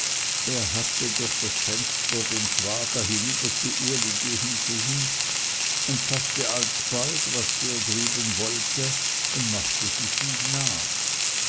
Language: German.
er hatte durch das fenster den schwager hinüber zu uli gehen sehen und faßte alsbald was der drüben wollte und machte sich ihm nach